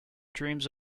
dreams